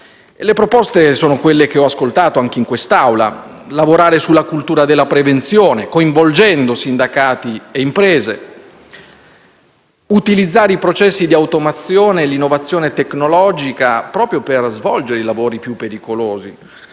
Le proposte sono quelle che ho ascoltato anche in quest'Aula: lavorare sulla cultura della prevenzione, coinvolgendo sindacati e imprese; utilizzare i processi di automazione e innovazione tecnologica, proprio per svolgere i lavori più pericolosi;